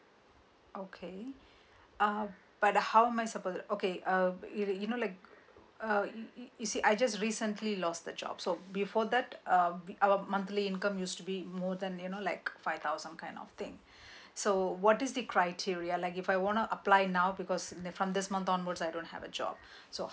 okay uh but how am I suppose uh okay uh you you know like um you see I just recently lost a job so before that um our monthly income used to be more than you know like five thousand kind of thing so what is the criteria like if I want to apply now because from this month onwards I don't have a job so